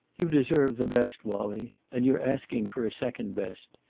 you deserve the best, wallie. and you're asking for a second best.